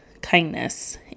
kindness